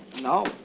No